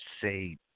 say